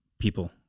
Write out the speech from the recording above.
people